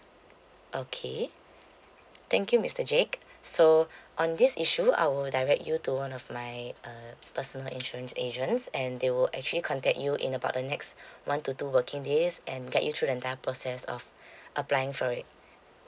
okay thank you mister jake so on this issue I will direct you to one of my uh personal insurance agents and they will actually contact you in about the next one to two working days and get you through the entire process of applying for it